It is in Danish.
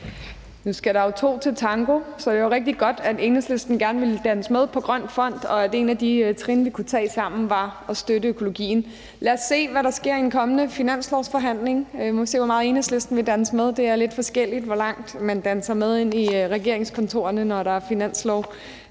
Nu skal der jo to til tango, så det er rigtig godt, at Enhedslisten gerne vil danse med i forhold til Grøn Fond, og at et af de trin, vi kunne tage sammen, var at støtte økologien. Lad os se, hvad der sker i en kommende finanslovsforhandling. Vi må se, hvor meget Enhedslisten vil danse med. Det er lidt forskelligt, hvor langt man danser med ind i regeringskontorerne, når der er